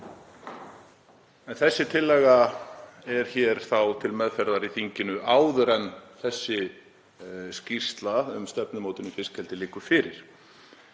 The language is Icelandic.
En þessi tillaga er þá hér til meðferðar í þinginu áður en skýrsla um stefnumótun í fiskeldi liggur fyrir,